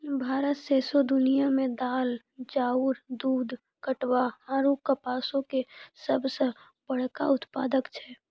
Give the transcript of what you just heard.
भारत सौंसे दुनिया मे दाल, चाउर, दूध, पटवा आरु कपासो के सभ से बड़का उत्पादक छै